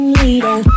leader